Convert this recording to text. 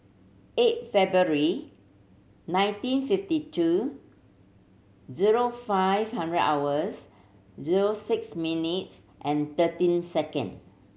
eight February nineteen fifty two zero five hundred hours zero six minutes and thirteen second